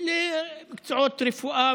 למקצועות רפואה,